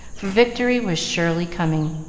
for victory was surely coming.